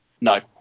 no